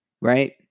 right